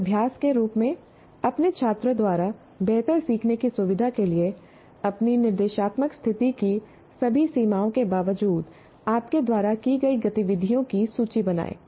एक अभ्यास के रूप में अपने छात्रों द्वारा बेहतर सीखने की सुविधा के लिए अपनी निर्देशात्मक स्थिति की सभी सीमाओं के बावजूद आपके द्वारा की गई गतिविधियों की सूची बनाएं